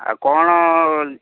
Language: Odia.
ଆଉ କଣ